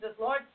Lord